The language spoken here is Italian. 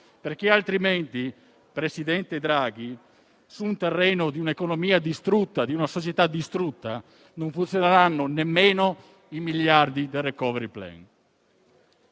Altrimenti, presidente Draghi, sul terreno di un'economia e di una società distrutte, non funzioneranno nemmeno i miliardi del *recovery plan.*